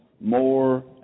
more